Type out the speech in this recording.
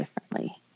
differently